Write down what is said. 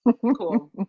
cool